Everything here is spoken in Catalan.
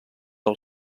del